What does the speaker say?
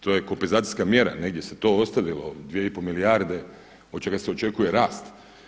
To je kompenzacijska mjera, negdje se to ostavilo 2 i pol milijarde od čeka se očekuje rast.